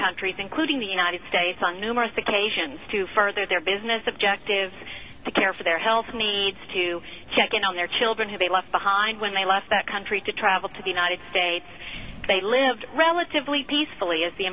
countries including the united states on numerous occasions to further their business objective to care for their health needs to check in on their children who they left behind when they left that country to travel to the united states they lived relatively peacefully as the